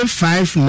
five